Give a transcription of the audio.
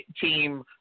team